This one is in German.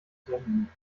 senden